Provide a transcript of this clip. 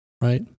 right